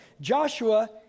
Joshua